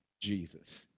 Jesus